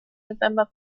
november